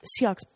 Seahawks